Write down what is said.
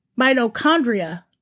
mitochondria